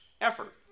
effort